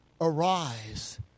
arise